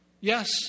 Yes